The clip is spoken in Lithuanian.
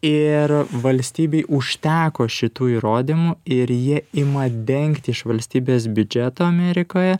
ir valstybei užteko šitų įrodymų ir jie ima dengti iš valstybės biudžeto amerikoje